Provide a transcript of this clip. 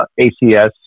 ACS